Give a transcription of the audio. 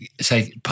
Say